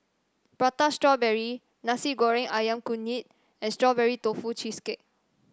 Prata Strawberry Nasi Goreng ayam Kunyit and Strawberry Tofu Cheesecake